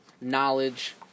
knowledge